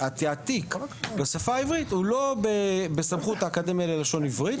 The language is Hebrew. שהתעתיק בשפה העברית הוא לא בסמכות האקדמיה ללשון עברית,